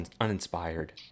uninspired